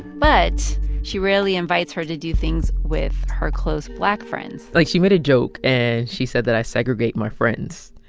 but she rarely invites her to do things with her close black friends like, she made a joke, and she said that i segregate my friends.